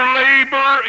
labor